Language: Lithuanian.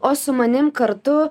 o su manim kartu